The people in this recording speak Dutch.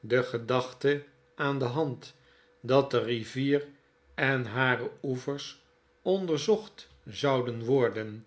de gedachte aan de hand dat de rivier en hare oevers onderzocht zouden worden